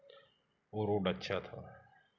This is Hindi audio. वह रोड अच्छा था